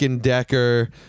Decker